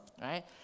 right